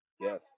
Yes